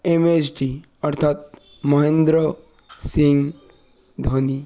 MSD অর্থাৎ মহেন্দ্র সিং ধোনি